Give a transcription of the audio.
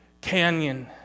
canyon